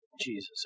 Jesus